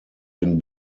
den